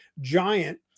giant